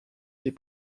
les